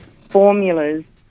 formulas